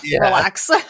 relax